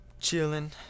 Chilling